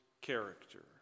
character